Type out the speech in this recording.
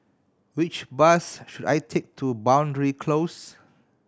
which bus should I take to Boundary Close